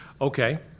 Okay